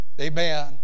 Amen